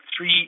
three